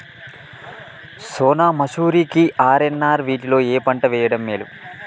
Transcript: సోనా మాషురి కి ఆర్.ఎన్.ఆర్ వీటిలో ఏ పంట వెయ్యడం మేలు?